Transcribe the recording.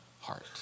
heart